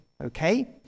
okay